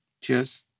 Cheers